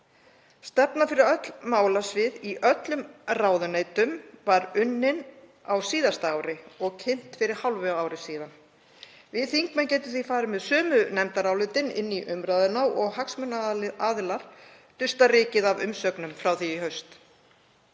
Stefna fyrir öll málasvið í öllum ráðuneytum var unnin á síðasta ári og kynnt fyrir hálfu ári síðan. Við þingmenn getum því farið með sömu nefndarálitin inn í umræðuna og hagsmunaaðilar dustað rykið af umsögnum frá því í haust.